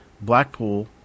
Blackpool